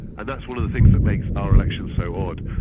and that's one of the things that makes our election so odd.